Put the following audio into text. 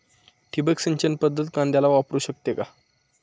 ठिबक सिंचन पद्धत कांद्याला वापरू शकते का?